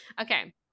Okay